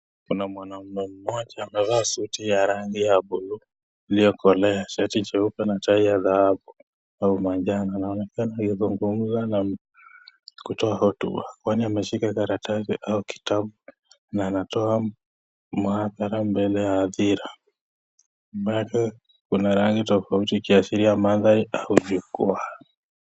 Kuna mwanaume mmoja amevaa suti ya rangi ya buluu iliyo kolea, shati jeupe na tai ya dhahabu au manjano. Anekana akizungumza na kutoa hotuba, kwani ameshika karatasi au kitabu na anatoa maadhara mbele ya ajira. Bado kuna rangi tofauti ikiashiria mandhari au jukwaa